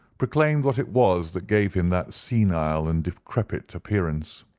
proclaimed what it was that gave him that senile and decrepit appearance.